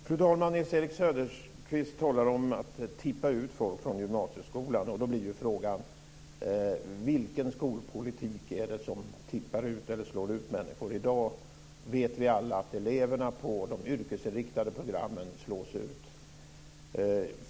Fru talman! Nils-Erik Söderqvist talar om att tippa ut folk från gymnasieskolan. Då blir ju frågan: Vilken skolpolitik är det som tippar ut eller slår ut människor i dag? Vi vet alla att eleverna på de yrkesinriktade programmen slås ut.